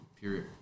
period